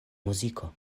muziko